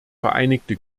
vereinigte